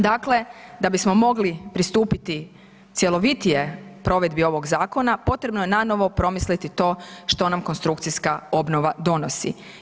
Dakle, da bismo mogli pristupiti cjelovitije provedbi ovog zakona, potrebno je nanovo promisliti to što nam konstrukcijska obnova donosi.